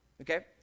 okay